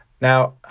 Now